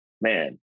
man